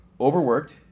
overworked